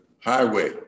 highway